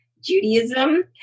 Judaism